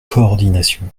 coordination